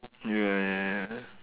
ya ya ya